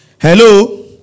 Hello